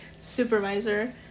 supervisor